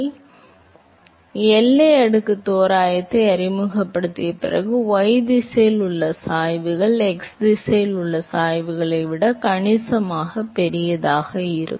எனவே எல்லை அடுக்கு தோராயத்தை அறிமுகப்படுத்திய பிறகு y திசையில் உள்ள சாய்வுகள் x திசையில் உள்ள சாய்வுகளை விட கணிசமாக பெரியதாக இருக்கும்